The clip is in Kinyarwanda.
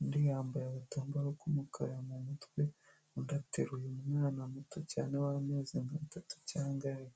undi yambaye agatambaro k'umukara mu mutwe undi ateruye mwana muto cyane w'amezi nk'atatu cyangwa ane.